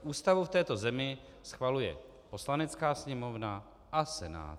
Ústavu v této zemi schvaluje Poslanecká sněmovna a Senát.